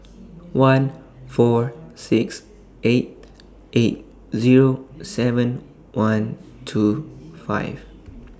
one four six eight eight Zero seven one two five